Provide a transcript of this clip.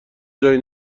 جایی